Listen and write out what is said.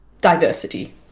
diversity